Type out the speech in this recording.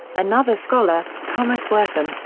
another scholar, thomas wortham,